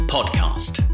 Podcast